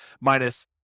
minus